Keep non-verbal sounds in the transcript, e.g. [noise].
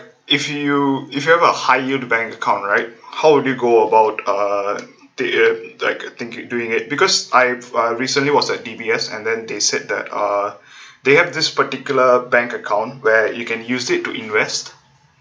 if you if you have a high yield bank account right how would you go about uh [noise] thinking doing it because I've uh recently was at D_B_S and then they said that uh they have this particular bank account where you can use it to invest